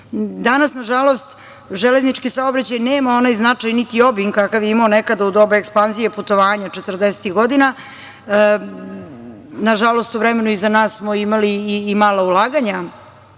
nažalost, železnički saobraćaj nema onaj značaj, niti obim kakav je imao nekada u doba ekspanzije putovanja četrdesetih godina. Nažalost, u vremenu iza nas smo imali i malo ulaganja,